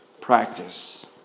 practice